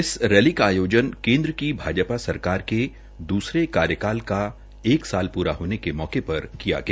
इस रैली का आयोजन केन्द्र की भाजपा सरकार के दूसरे कार्यकाल का एक साल पूरा होने के मौके पर किया गया